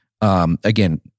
Again